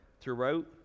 throughout